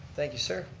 thank you, sir.